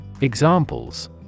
Examples